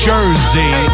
Jersey